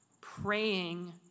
praying